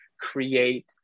create